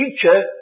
future